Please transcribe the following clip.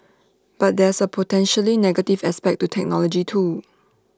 but there's potentially negative aspect to technology too